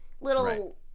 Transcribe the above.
little